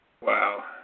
Wow